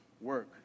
work